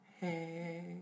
hey